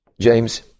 James